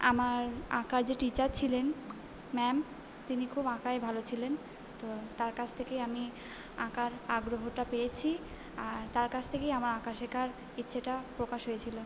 আমার আঁকার যে টিচার ছিলেন ম্যাম তিনি খুব আঁকায় ভালো ছিলেন তো তার কাছ থেকেই আমি আঁকার আগ্রহটা পেয়েছি আর তার কাছ থেকেই আমার আঁকা শেখার ইচ্ছেটা পোকাশ হয়েছিলো